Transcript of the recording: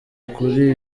kuri